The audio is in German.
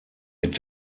mit